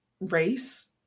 race